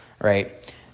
right